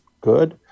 good